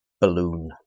balloon